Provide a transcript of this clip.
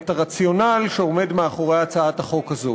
את הרציונל שעומד מאחורי הצעת החוק הזאת.